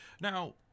Now